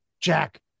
Jack